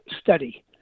study